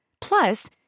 Plus